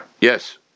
Yes